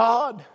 God